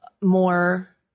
more